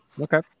Okay